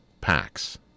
packs